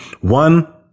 One